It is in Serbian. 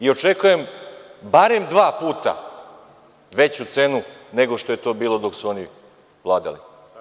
Očekujem, barem dva puta, veću cenu nego što je to bilo dok su oni vladali.